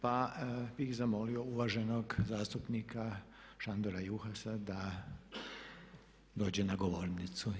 Pa bih zamolio uvaženog zastupnika Šandora Juhasa da dođe na govornicu.